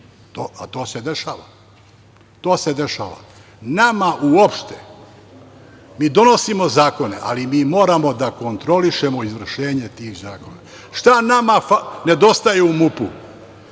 a to se dešava. To se dešava. Mi donosimo zakone, ali mi moramo da kontrolišemo izvršenje tih zakona. Šta nama nedostaje u MUP-u?